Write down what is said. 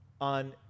on